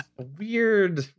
weird